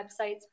websites